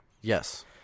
Yes